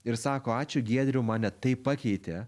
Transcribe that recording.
ir sako ačiū giedriau mane taip pakeitė